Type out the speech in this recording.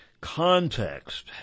context